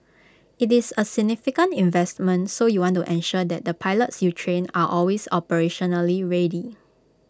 IT is A significant investment so you want to ensure that the pilots you train are always operationally ready